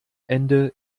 ende